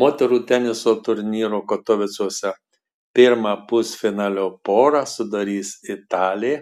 moterų teniso turnyro katovicuose pirmą pusfinalio porą sudarys italė